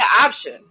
option